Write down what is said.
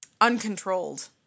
uncontrolled